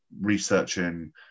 researching